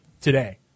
today